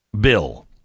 bill